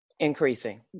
Increasing